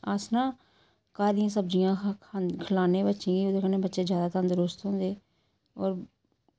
अस न घर दियां सब्ज़ियां खलाने बच्चें गी ओह्दे कन्नै बच्चे ज्यादा तंदरुस्त होंदे होर